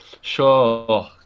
Sure